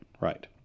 Right